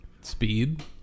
Speed